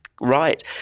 right